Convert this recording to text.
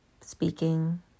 speaking